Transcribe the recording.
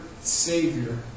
Savior